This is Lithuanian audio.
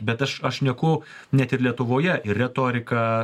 bet aš aš šneku net ir lietuvoje ir retorika